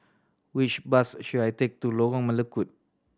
which bus should I take to Lorong Melukut